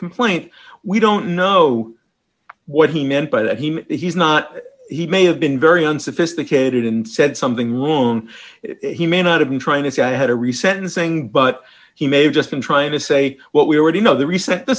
complaint we don't know what he meant by that he's not he may have been very unsophisticated and said something wrong he may not have been trying to say i had a reset in saying but he may have just been trying to say what we already know the reset the